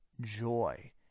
joy